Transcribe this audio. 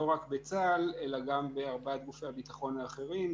הבעיה היא לא רק בצה"ל אלא גם בארבעת גופי הביטחון האחרים: